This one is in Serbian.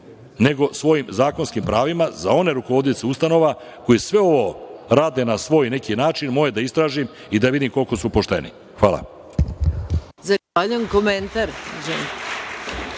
nego svojim zakonskim pravima za one rukovodioce ustanova koji sve ovo rade na svoj neki način. Moje je da istražim i da vidim koliko su pošteni. Hvala.